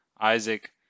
Isaac